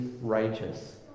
righteous